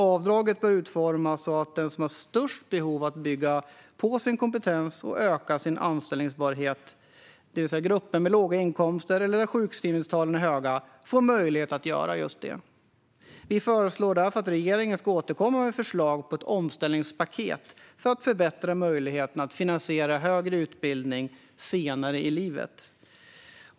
Avdraget bör utformas så att de som har störst behov av att bygga på sin kompetens och öka sin anställbarhet, det vill säga grupper med låga inkomster eller med höga sjukskrivningstal, får möjlighet att göra just det. Vi föreslår därför att regeringen ska återkomma med förslag på ett omställningspaket för att förbättra möjligheterna för människor att finansiera högre utbildning senare i livet.